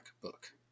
book